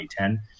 2010